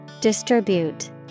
Distribute